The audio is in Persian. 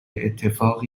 اتفاقی